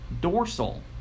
dorsal